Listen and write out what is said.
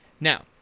Now